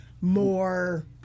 more